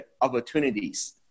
opportunities